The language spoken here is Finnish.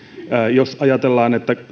jos ajatellaan että